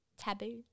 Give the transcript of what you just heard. Taboo